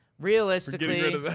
realistically